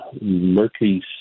murky